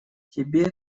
тебе